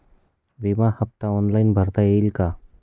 विमा हफ्ता ऑनलाईन भरता येईल का?